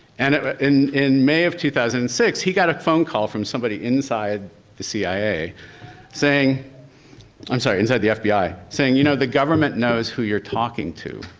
and in in may of two thousand and six, he got a phone call from somebody inside the cia saying i'm sorry, inside the fbi saying, you know, the government knows who you're talking to.